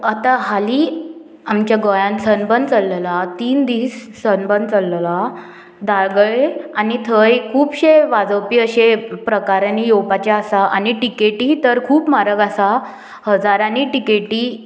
आतां हालीं आमच्या गोंयान सनबर्न चल्ललो तीन दीस सनबन चल्ललो दाळगळे आनी थंय खुबशे वाजोवपी अशे प्रकारांनी येवपाचे आसा आनी टिकेटी तर खूब म्हारग आसा हजारांनी टिकेटी